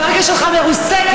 והרגל שלך מרוסקת,